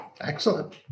Excellent